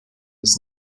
des